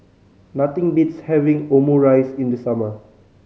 nothing beats having Omurice in the summer